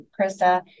Krista